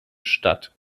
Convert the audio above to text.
statt